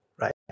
right